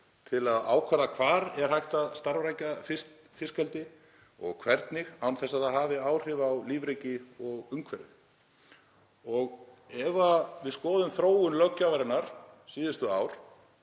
til að ákvarða hvar hægt sé að starfrækja fiskeldi og hvernig, án þess að það hafi áhrif á lífríki og umhverfi. Ef við skoðum þróun löggjafarinnar síðustu ár